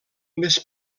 més